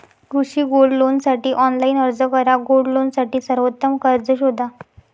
कृषी गोल्ड लोनसाठी ऑनलाइन अर्ज करा गोल्ड लोनसाठी सर्वोत्तम कर्ज शोधा